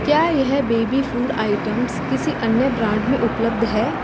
क्या यह baby food items किसी अन्य ब्राड में उपलब्ध है